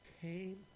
came